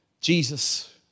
Jesus